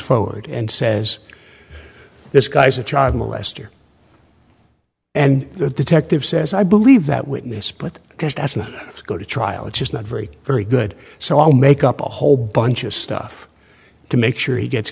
forward and says this guy's a child molester and the detective says i believe that witness but just as not to go to trial it's just not very very good so i'll make up a whole bunch of stuff to make sure he gets